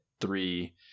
three